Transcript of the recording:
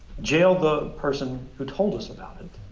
jail the person who told us about it,